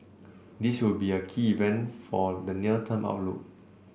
this will be a key event for the near term outlook